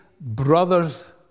brothers